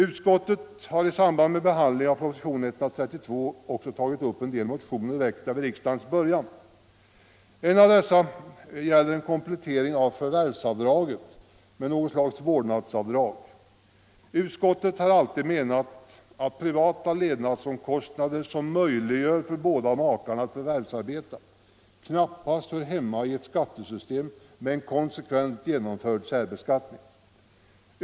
Utskottet har i samband med behandlingen av propositionen 132 också tagit upp en del motioner väckta vid riksdagens början. En av dessa gäller en komplettering av förvärvsavdraget med något slags vårdnadsavdrag. Utskottet har alltid menat att privata levnadsomkostnader som möjliggör för båda makarna att förvärvsarbeta knappast hör hemma i ett skattesystem med konsekvent genomförd särbeskattning.